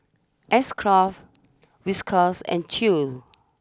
S Craft Whiskas and Chew's